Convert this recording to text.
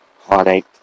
Heartache